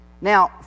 Now